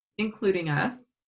including us,